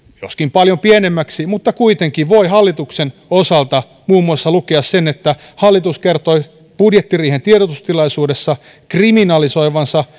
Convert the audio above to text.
joskin paljon pienemmäksi mutta kuitenkin voi hallituksen osalta muun muassa lukea sen että hallitus kertoi budjettiriihen tiedotustilaisuudessa kriminalisoivansa